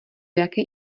jaké